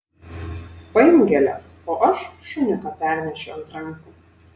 paimk gėles o aš šuniuką pernešiu ant rankų